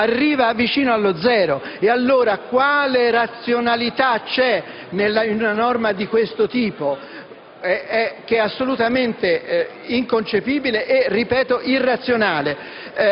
arriva vicino allo zero. Ma allora quale razionalità c'è in una norma di questo tipo? Essa è assolutamente inconcepibile e, ripeto, irrazionale.